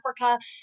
Africa